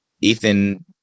Ethan